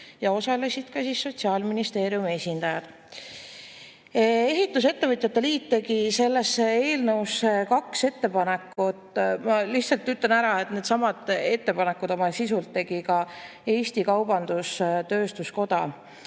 ja osalesid ka Sotsiaalministeeriumi esindajad. Ehitusettevõtjate liit tegi sellesse eelnõusse kaks ettepanekut. Ma lihtsalt ütlen ära, et needsamad ettepanekud oma sisult tegi ka Eesti Kaubandus-Tööstuskoda.